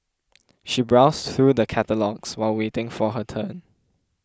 she browsed through the catalogues while waiting for her turn